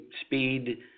speed